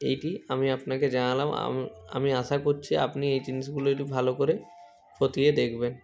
এইটি আমি আপনাকে জানালাম আমি আশা করছি আপনি এই জিনিসগুলো একটু ভালো করে খতিয়ে দেখবেন